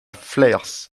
flers